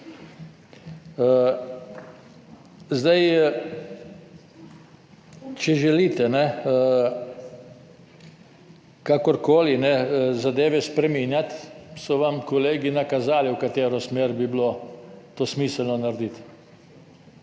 Zdaj, če želite kakorkoli zadeve spreminjati so vam kolegi nakazali, v katero smer bi bilo to smiselno narediti.